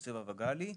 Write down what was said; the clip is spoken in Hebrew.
לא שווה לי לחיות כך.